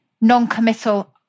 non-committal